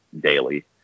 daily